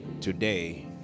today